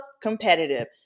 competitive